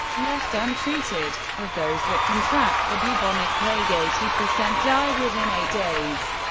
left untreated, of those that contract the bubonic plague, eighty per cent die within eight days.